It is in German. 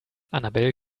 annabel